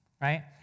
right